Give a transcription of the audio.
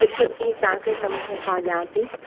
हिकु ॾींहुं तव्हांखे समोसा पाव ॾियां थी